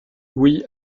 oui